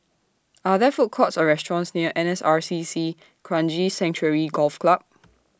Are There Food Courts Or restaurants near N S R C C Kranji Sanctuary Golf Club